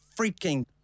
freaking